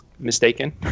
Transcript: mistaken